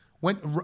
went